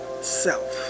self